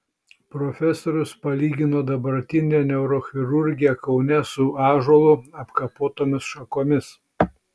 profesorius palygino dabartinę neurochirurgiją kaune su ąžuolu apkapotomis šakomis